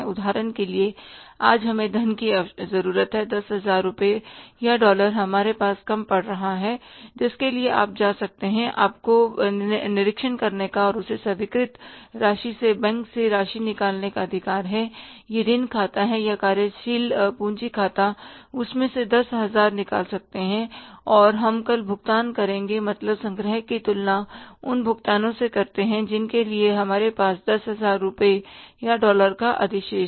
उदाहरण के लिए आज हमें धन की जरूरत है 10000 रुपये या डॉलर हमारे पास कम पड़ रहा है जिसके लिए आप जा सकते हैं आपको निरीक्षण करने का और उस स्वीकृत राशि से बैंक से राशि निकालने का अधिकार हैं यह ऋण खाता है या कार्यशील पूंजी खाता उसमें से 10000 निकाल सकते हैं और हम कल भुगतान करेंगे मतलब संग्रह की तुलना उन भुगतानों से करते हैं जिनके लिए हमारे पास 10000 रुपए या डॉलर का अधिशेष था